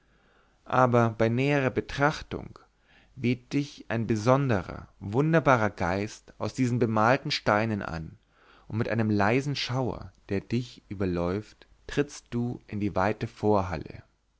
aber bei näherer betrachtung weht dich ein besonderer wunderbarer geist aus diesen bemalten steinen an und mit einem leisen schauer der dich überläuft trittst du in die weite vorhalle